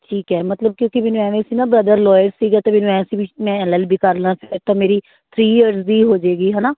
ਠੀਕ ਹੈ ਮਤਲਬ ਕਿਉਂਕਿ ਮੈਨੂੰ ਐਵੇਂ ਸੀ ਨਾ ਬਰਦਰ ਲੋਇਰ ਸੀਗਾ ਅਤੇ ਮੈਨੂੰ ਐਂ ਸੀ ਵੀ ਮੈਂ ਐੱਲ ਐੱਲ ਬੀ ਕਰ ਲਾਂ ਫਿਰ ਤਾਂ ਮੇਰੀ ਥਰੀ ਈਅਰਜ ਵੀ ਹੋ ਜਾਏਗੀ ਹੈ ਨਾ